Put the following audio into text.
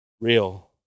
real